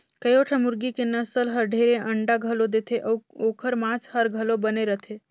कयोठन मुरगी के नसल हर ढेरे अंडा घलो देथे अउ ओखर मांस हर घलो बने रथे